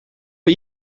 een